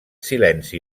silenci